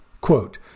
Quote